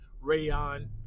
rayon